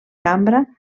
cambra